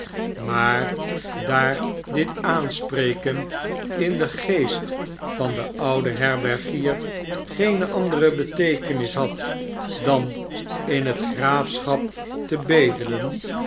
maar daar dit aanspreken in den geest van den ouden herbergier geene andere beteekenis had dan in het graafschap te bedelen